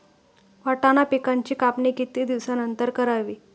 वाटाणा पिकांची कापणी किती दिवसानंतर करावी?